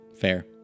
Fair